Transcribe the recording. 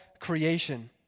Creation